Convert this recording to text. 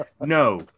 no